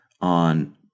on